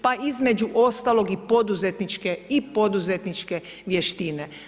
Pa između ostalog, i poduzetničke i poduzetničke vještine.